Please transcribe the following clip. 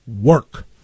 work